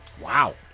Wow